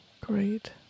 Great